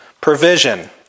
provision